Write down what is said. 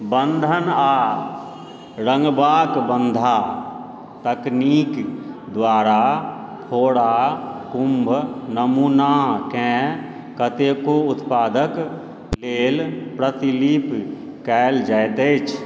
बन्धन आ रङ्गबाक बन्धा तकनीक द्वारा फोड़ा कुम्भ नमूनाकेँ कतेको उत्पादक लेल प्रतिलिपि कयल जाइत अछि